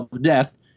death